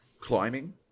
climbing